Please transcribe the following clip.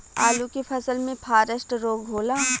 आलू के फसल मे फारेस्ट रोग होला?